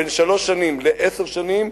בין שלוש שנים לעשר שנים,